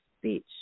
speech